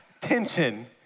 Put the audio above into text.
Tension